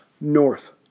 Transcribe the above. north